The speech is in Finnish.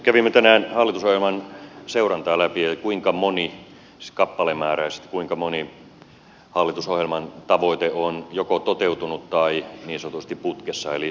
kävimme tänään hallitusohjelman seurantaa läpi ja sitä kuinka moni siis kappalemääräisesti hallitusohjelman tavoite on joko toteutunut tai niin sanotusti putkessa eli sitä työstetään